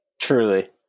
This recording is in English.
Truly